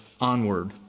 onward